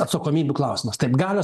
atsakomybių klausimas taip galios